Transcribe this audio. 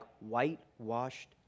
whitewashed